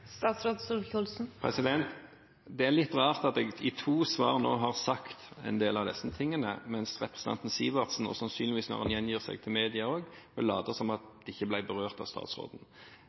Det er litt rart at jeg i to svar nå har sagt en del av disse tingene, mens representanten Sivertsen – og sannsynligvis når han gjengir dette til media også – vil late som om det ikke ble berørt av statsråden.